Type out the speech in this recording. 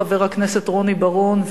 חבר הכנסת רוני בר-און,